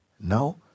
Now